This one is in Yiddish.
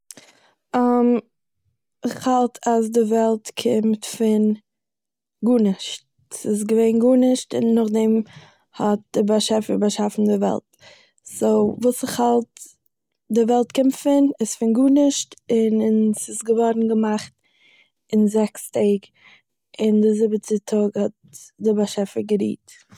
איך האלט אז די וועלט קומט פון גארנישט, ס'איז געווען גארנישט, און נאכדעם האט דער באשעפער באשאפן די וועלט, סו, וואס איך האלט די וועלט קומט פון איז פון גארנישט, און ס'איז געווארן געמאכט אין זעקס טעג, און די זיבעטע טאג האט דער באשעפער גערוהט